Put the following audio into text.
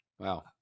Wow